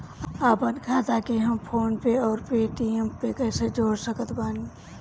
आपनखाता के हम फोनपे आउर पेटीएम से कैसे जोड़ सकत बानी?